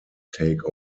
take